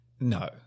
No